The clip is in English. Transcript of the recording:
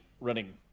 running